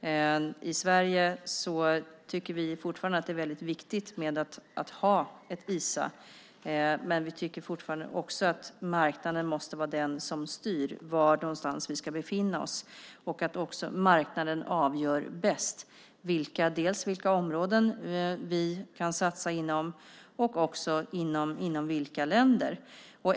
I Sverige tycker vi fortfarande att det är väldigt viktigt att ha ett Isa, men vi tycker fortfarande också att marknaden måste vara den som styr var någonstans vi ska befinna oss. Marknaden avgör bäst vilka områden vi kan satsa inom och också inom vilka länder.